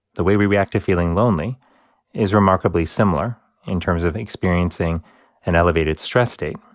the way we react to feeling lonely is remarkably similar in terms of experiencing an elevated stress state.